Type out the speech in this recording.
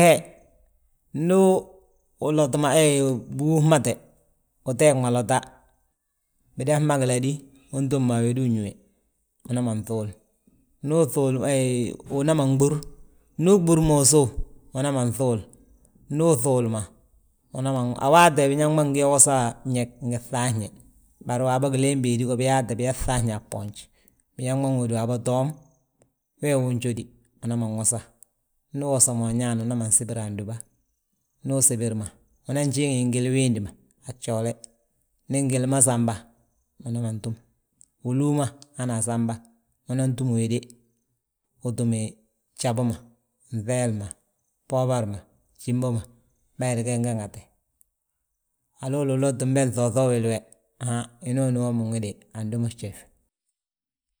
He, ndu uloti ma, binwusmate uteeg ma lota, bidas ma giladí, untúm ma a wédi uñúwe, unan ma ŧuul. Ndu uŧuul, heyi unan ma ɓúr, ndu uɓúr ma usów, uman ŧuul, ndu uŧuul ma, uman, a waati we biñaŋ ngi yo wosa ñég ngi fŧafñe. Bari waabo ngi gileen béedi go biyaate, biyaa fŧafñe aa bboonj, biñaŋ ŋóodu waabo toom, wee wi unjódi umanan wosa. Ndu uwosa ma añaan umanan sibir andúba, ndu usibir ma, unan jiŋi gili wiindi ma a bjoole. Ndi ngili ma samba, unaman túm, hú lúw ma hana samba, unan túm wéde, utúmi gjabu ma, nŧeeli ma, boobar ma, gjimbo ma bayiri ge nge ŋate. Haloolu ulottin be nŧooŧa uwili we, han hinooni womin wi de andumi fjif.